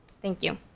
thank you.